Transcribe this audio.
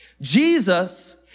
Jesus